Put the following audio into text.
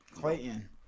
Clayton